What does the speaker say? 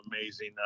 amazing